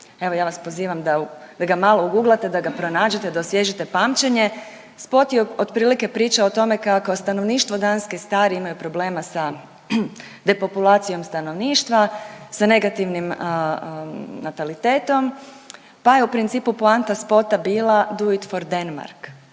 evo ja vas pozivam da ga malo uguglate da ga pronađete da osvježite pamćenje. Spot je otprilike pričao o tome kako stanovništvo stari, imaju problema sa depopulacijom stanovništva, sa negativnim natalitetom pa je u principu poanta spota bila Do it for Denmark,